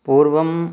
पूर्वं